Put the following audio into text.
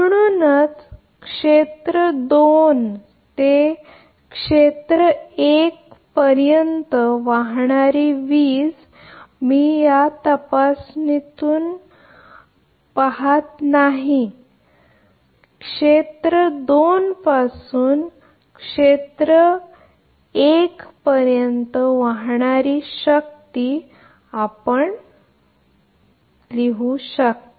म्हणूनच क्षेत्र 2 ते क्षेत्र 1 पर्यंत वाहणारी वीज मी या तपासणीतून करत नाही आहे क्षेत्र 2 पासून क्षेत्र 1 पर्यंत वाहणारी शक्ती आपण लिहू शकता